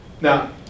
Now